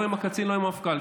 לא עם הקצין ולא עם המפכ"ל.